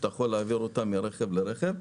שאתה יכול להעביר אותה מרכב לרכב,